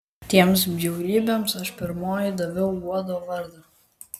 tiems bjaurybėms aš pirmoji daviau uodo vardą